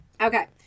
Okay